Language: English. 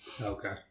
Okay